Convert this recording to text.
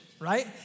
right